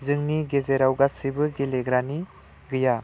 जोंनि गेजेराव गासिबो गेलेग्रानि गैया